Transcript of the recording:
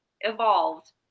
evolved